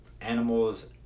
animals